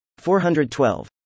412